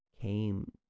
came